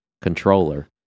controller